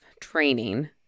training